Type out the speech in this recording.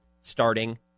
starting